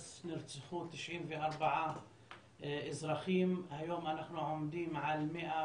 אז נרצחו 94 אזרחים, היום אנחנו עומדים על 104,